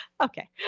Okay